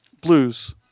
Blues